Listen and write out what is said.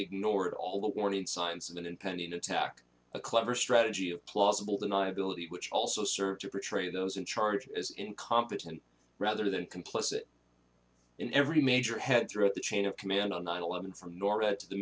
ignored all the warning signs of an impending attack a clever strategy of plausible deniability which also serves to protect those in charge as incompetent rather than complicit in every major head throughout the chain of command on nine eleven from